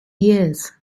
years